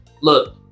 look